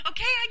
Okay